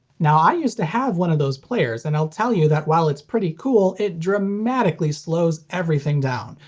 now, i used to have one of those players, and i'll tell you that while it's pretty cool, it dramatically slows everything down.